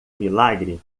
milagre